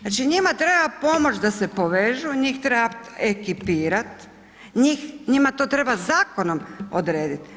Znači njima treba pomoći da se povežu, njih treba ekipirati, njih, njima to treba zakonom odrediti.